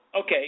okay